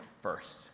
first